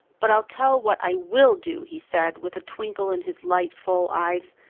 but i'll tell what i will do, he said, with a twinkle in his light, full eyes.